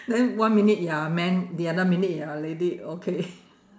then one minute you're a man the other minute you're a lady okay